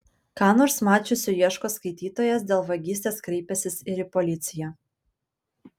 ką nors mačiusių ieško skaitytojas dėl vagystės kreipęsis ir į policiją